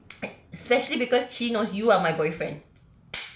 especially because she knows you are my boyfriend